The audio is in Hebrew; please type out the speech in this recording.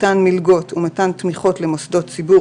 מתן מלגות לתלמידים ומתן תמיכות למוסדות ציבור,